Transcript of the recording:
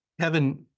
Kevin